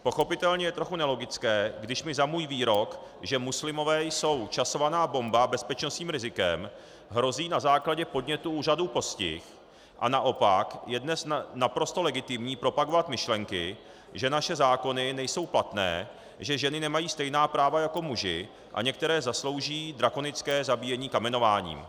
Pochopitelně je trochu nelogické, když mi za můj výrok, že muslimové jsou časovaná bomba, bezpečnostním rizikem, hrozí na základě podnětu úřadů postih, a naopak je dnes naprosto legitimní propagovat myšlenky, že naše zákony nejsou platné, že ženy nemají stejná práva jako muži a některé zaslouží drakonické zabíjení kamenováním.